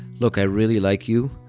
look, i really like you,